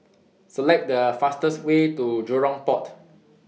Select The fastest Way to Jurong Port